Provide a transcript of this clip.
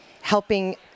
helping